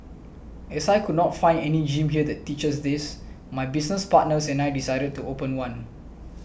as I could not find any gym here that teaches this my business partners and I decided to open one